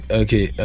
okay